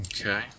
okay